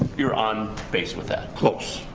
you're on base with that. close,